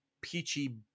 peachy